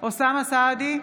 אוסאמה סעדי,